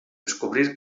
descobrir